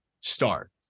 start